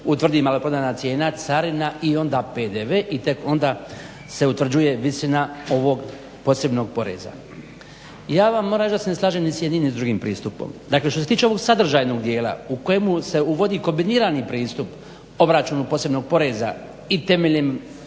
utvrdi maloprodajna cijena, carina i onda PDV, i tek onda se utvrđuje visina ovog posebnog poreza. Ja vam moram reći da se ne slažem ni s jednim, ni s drugim pristupom. Dakle što se tiče ovog sadržajnog dijela u kojemu se uvodi kombinirani pristup obračunu posebnog poreza i temeljem